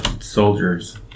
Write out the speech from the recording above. soldiers